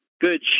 good